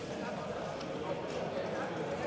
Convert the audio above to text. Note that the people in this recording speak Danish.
Tak